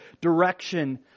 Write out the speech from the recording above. direction